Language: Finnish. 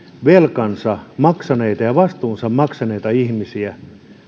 velkansa maksaneita ja vastuunsa maksaneita ihmisiä